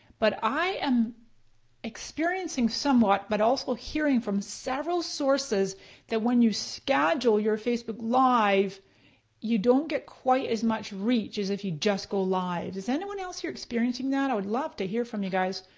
but i am experiencing somewhat but also hearing from several sources that when you schedule your facebook live you don't get quite as much reach as if you just go live. is anyone else here experiencing that? i would love to hear from you guys.